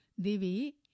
Divi